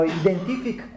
identific